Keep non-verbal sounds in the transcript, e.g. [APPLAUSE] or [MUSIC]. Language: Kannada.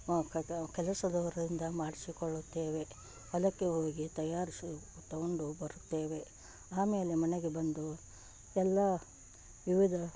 ಮ [UNINTELLIGIBLE] ಕೆಲಸದವರಿಂದ ಮಾಡಿಸಿಕೊಳ್ಳುತ್ತೇವೆ ಹೊಲಕ್ಕೆ ಹೋಗಿ ತಯಾರಿಸಿ ತಗೊಂಡು ಬರುತ್ತೇವೆ ಆಮೇಲೆ ಮನೆಗೆ ಬಂದು ಎಲ್ಲ ವಿವಿಧ